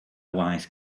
wise